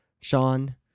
Sean